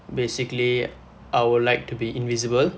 basically I will like to be invisible